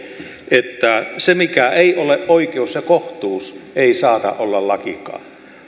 että se mikä ei ole oikeus ja kohtuus ei saata olla lakikaan